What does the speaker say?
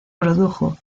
produjo